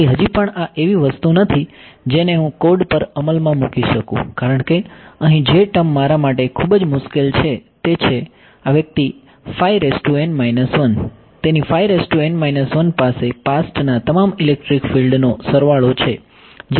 તેથી હજી પણ આ એવી વસ્તુ નથી જેને હું કોડ પર અમલમાં મૂકી શકું કારણ કે અહીં જે ટર્મ મારા માટે ખૂબ જ મુશ્કેલ છે તે છે આ વ્યક્તિ તેની પાસે પાસ્ટના તમામ ઇલેક્ટ્રિક ફિલ્ડનો સરવાળો છે જે મને જોઈતો નથી